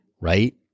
right